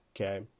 okay